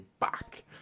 back